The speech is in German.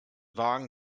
wagen